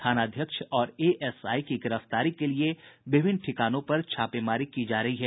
थानाध्यक्ष और एएसआई की गिरफ्तारी के लिए विभिन्न ठिकानों पर छापेमारी की जा रही है